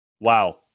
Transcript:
Wow